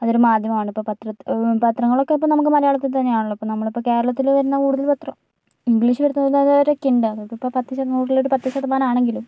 അതൊരു മാധ്യമമാണ് ഇപ്പോൾ പത്രത്തിൽ പത്രങ്ങളൊക്കെ ഇപ്പോൾ നമുക്ക് മലയാളത്തിൽ തന്നെയാണല്ലോ ഇപ്പോൾ നമ്മളിപ്പോൾ കേരളത്തിൾ വരണ കൂടുതൽ പത്രങ്ങളും ഇംഗ്ലീഷ് വരുത്തുന്നവരൊക്കെ ഉണ്ട് അതൊക്കെ ഇപ്പോൾ പത്ത് നൂറിലൊരു പത്ത് ശതമാനാണെങ്കിലും